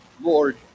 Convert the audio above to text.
Lord